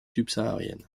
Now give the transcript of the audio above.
subsaharienne